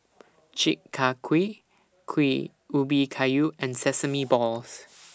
Chi Kak Kuih Kuih Ubi Kayu and Sesame Balls